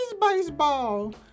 baseball